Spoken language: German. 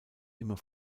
immer